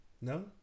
No